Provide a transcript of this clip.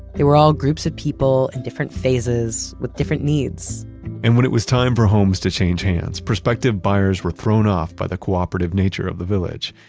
they were all groups of people in different phases, with different needs and when it was time for homes to change hands, prospective buyers were thrown off by the cooperative nature of the village.